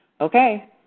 Okay